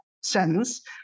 sentence